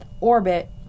orbit